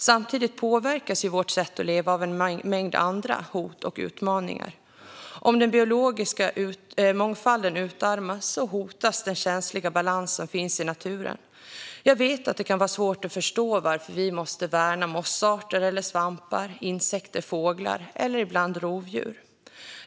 Samtidigt påverkas vårt sätt att leva av en mängd andra hot och utmaningar. Om den biologiska mångfalden utarmas hotas den känsliga balans som finns i naturen. Jag vet att det kan vara svårt att förstå varför vi måste värna mossarter eller svampar, insekter, fåglar eller ibland rovdjur.